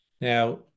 Now